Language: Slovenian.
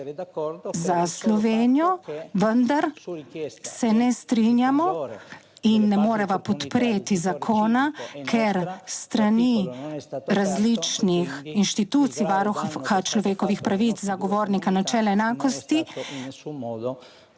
za Slovenijo, vendar se ne strinjamo in ne moreva podpreti zakona, ker s strani različnih institucij Varuha človekovih pravic, zagovornika načela enakosti